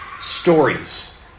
stories